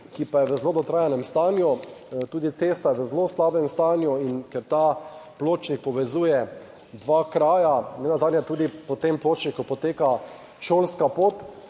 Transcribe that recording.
ki pa je v zelo dotrajanem stanju. Tudi cesta je v zelo slabem stanju in ker ta pločnik povezuje dva kraja, nenazadnje tudi po tem pločniku poteka šolska pot,